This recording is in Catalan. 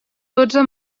dotze